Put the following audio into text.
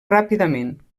ràpidament